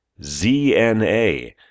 ZNA